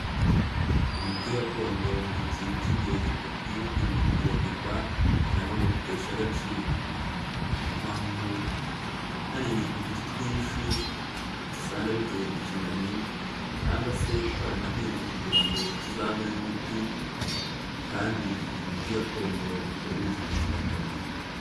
Imiti gakondo ni ikintu k'ingenzi tudakwiye kwibagirwa cyangwa ngo duteshe agaciro, ni nayo mpamvu, hari uduti twinshi usanga duteye mu kinani cyangwase twaranahinzwe kugira ngo tuzavemo imiti kandi iyo miti gakondo turabizi ko ifite akamaro.